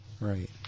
Right